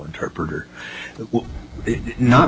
interpreter not